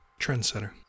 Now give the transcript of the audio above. Trendsetter